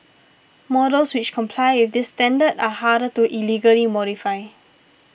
models which comply with this standard are harder to illegally modify